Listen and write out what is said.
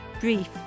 grief